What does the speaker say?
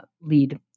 lead